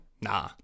Nah